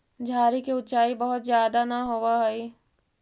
झाड़ि के ऊँचाई बहुत ज्यादा न होवऽ हई